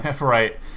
Right